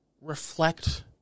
reflect